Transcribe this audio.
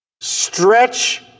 Stretch